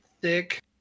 thick